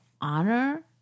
honor